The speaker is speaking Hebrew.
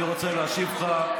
אני רוצה להשיב לך,